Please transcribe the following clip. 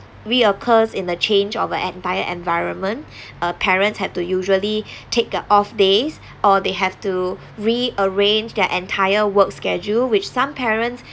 reoccurs in the change of a entire environment uh parents have to usually take a off days or they have to rearrange their entire work schedule which some parents